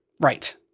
Right